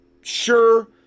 sure